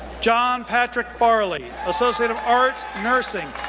john patrick farley, associate of arts, nursing,